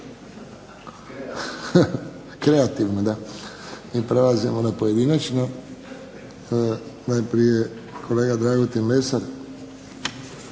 po klubovima. Prelazimo na pojedinačno. Najprije koleda Dragutin Lesar.